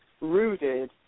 rooted